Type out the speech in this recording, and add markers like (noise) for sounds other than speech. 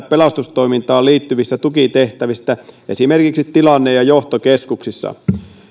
(unintelligible) pelastustoimintaan liittyvissä tukitehtävissä esimerkiksi tilanne ja johtokeskuksissa valiokunnan